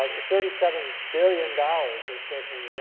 ah thirty seven billion dollars of short-term